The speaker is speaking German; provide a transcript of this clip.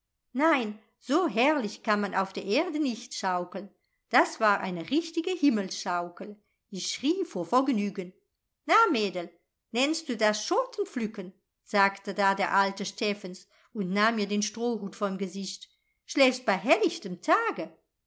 nein so herrlich kann man auf der erde nicht schaukeln das war eine richtige himmelsschaukel ich schrie vor vergnügen na mädel nennst du das schotenpflücken sagte da der alte steffens und nahm mir den strohhut vom gesicht schläfst bei hellichtem tage